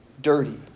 dirty